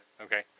Okay